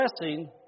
blessing